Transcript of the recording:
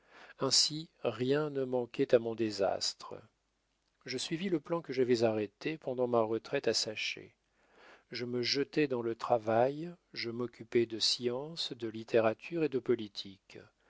ainsi rien ne manquait à mon désastre je suivis le plan que j'avais arrêté pendant ma retraite à saché je me jetai dans le travail je m'occupai de science de littérature et de politique